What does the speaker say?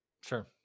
Sure